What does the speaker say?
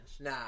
Nah